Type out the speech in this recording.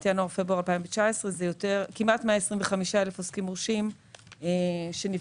ינואר-פברואר 2019 זה כמעט 125,000 עוסקים מורשים שנפגעו